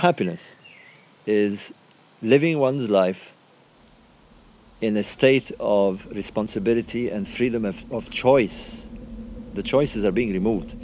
happiness is living one's life in a state of responsibility and freedom and of choice the choices are being removed